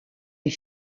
les